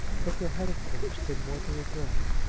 but there had, of course, been more to regret.